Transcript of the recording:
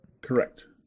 Correct